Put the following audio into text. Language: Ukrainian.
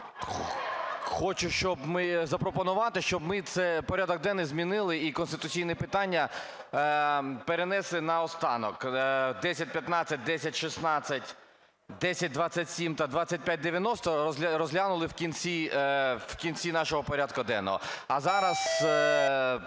хочу запропонувати, щоб ми цей порядок денний змінили і конституційне питання перенесли наостанок. 1015, 1016, 1027 та 2590 розглянули в кінці нашого порядку денного, а зараз